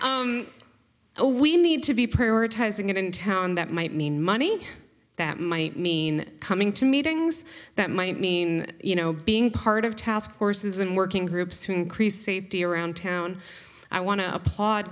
so we need to be prioritizing it in town that might mean money that might mean coming to meetings that might mean you know being part of task forces and working groups to increase safety around town i want to applaud